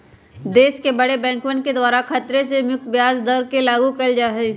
देश के बडे बैंकवन के द्वारा खतरे से मुक्त ब्याज दर के लागू कइल जा हई